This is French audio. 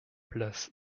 place